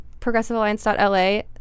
ProgressiveAlliance.LA